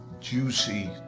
juicy